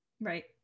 right